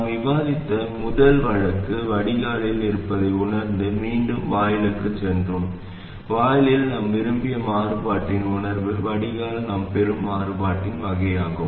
நாம் விவாதித்த முதல் வழக்கு வடிகாலில் இருப்பதை உணர்ந்து மீண்டும் வாயிலுக்குச் சென்றோம் வாயிலில் நாம் விரும்பிய மாறுபாட்டின் உணர்வு வடிகாலில் நாம் பெறும் மாறுபாட்டின் வகையாகும்